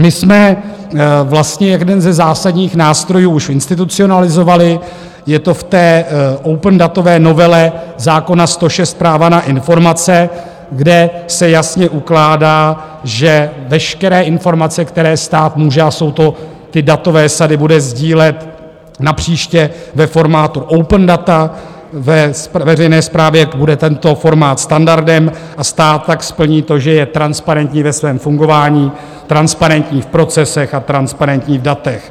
My jsme vlastně jeden ze zásadních nástrojů už institucionalizovali, je to v té opendatové novele zákona 106 práva na informace, kde se jasně ukládá, že veškeré informace, které stát může, a jsou to ty datové sady, bude sdílet napříště ve formátu open data, ve veřejné správě bude tento formát standardem a stát tak splní to, že je transparentní ve svém fungování, transparentní v procesech a transparentní v datech.